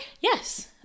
Yes